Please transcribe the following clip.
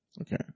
Okay